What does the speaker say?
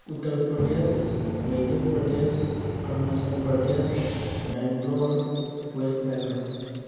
Uttar Pradesh ꯃꯩꯗ꯭ꯌꯥꯄ꯭ꯔꯗꯦꯁ Arunachal Pradesh ꯕꯣꯡꯒ꯭ꯂꯣꯔ west Bengal